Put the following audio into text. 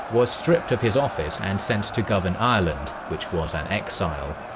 was stripped of his office and sent to govern ireland, which was an exile.